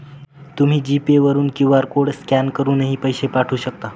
तुम्ही GPay वरून QR code scan करूनही पैसे पाठवू शकता